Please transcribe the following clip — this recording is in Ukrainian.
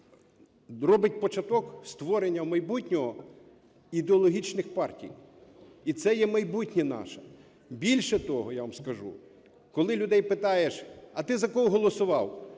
робить початок створення в майбутньому ідеологічних партій. І це є майбутнє наше. Більше того, я вам скажу, коли людей питаєш: "А ти за кого голосував?"